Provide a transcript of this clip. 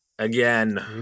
Again